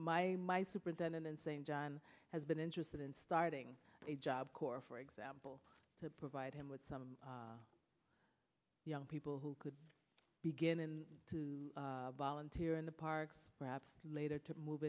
my my superintendent and st john has been interested in starting a job corps for example to provide him with some young people who could begin to volunteer in the parks perhaps later to move